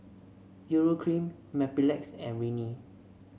Urea Cream Mepilex and Rene